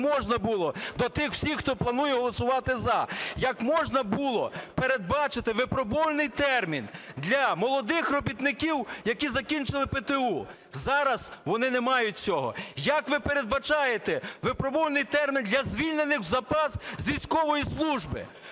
як можна було до тих всіх, хто планує голосувати "за", як можна було передбачити випробувальний термін для молодих робітників, які закінчили ПТУ? Зараз вони не мають цього. Як ви передбачаєте випробувальний термін для звільнених в запас з військової служби?